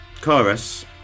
Chorus